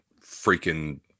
freaking